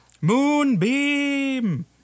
Moonbeam